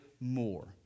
more